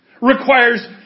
requires